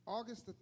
August